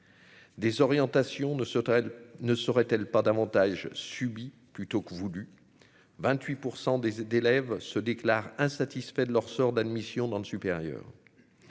Des orientations ne se ne serait-elle pas davantage subi plutôt que voulu 28 pour 100 des d'élèves se déclarent insatisfaits de leur sort d'admission dans le supérieur